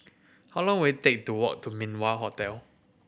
how long will it take to walk to Min Wah Hotel